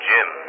Jim